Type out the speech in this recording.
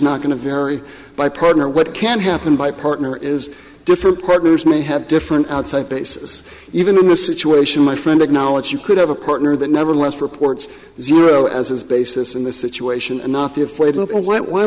not going to vary by partner what can happen by partner is different partners may have different outside bases even in the situation my friend acknowledged you could have a partner that never left reports zero as is basis in this situation